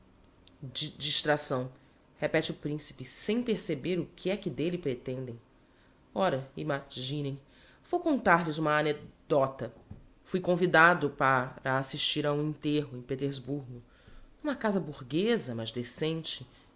di distracção repete o principe sem perceber o que é que d'elle pretendem ora ima ginem vou contar-lhes uma anecdó ta fui convidado pa ra assistir a um enterro em petersburgo n'uma casa burguêsa mas decente